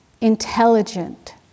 intelligent